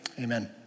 amen